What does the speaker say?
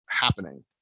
happening